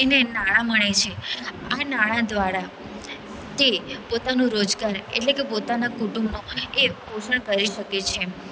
એને નાણા મળે છે આ નાણા દ્વારા તે પોતાનું રોજગાર એટલે કે પોતાના કુટુંબનો એ પોષણ કરી શકે છે